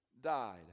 died